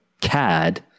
CAD